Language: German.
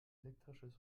elektrisches